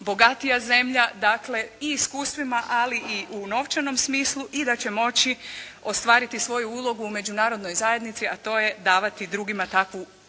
bogatija zemlja. Dakle, i iskustvima ali i u novčanom smislu i da će moći ostvariti svoju ulogu u Međunarodnoj zajednici, a to je davati drugima takvu pomoć.